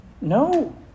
No